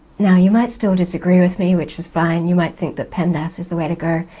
now you might still disagree with me, which is fine you might think that pemdas is the way to go.